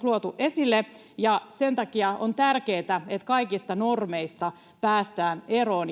tuotu esille, ja sen takia on tärkeätä, että kaikista normeista päästään eroon.